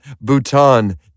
Bhutan